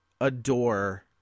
adore